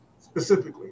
specifically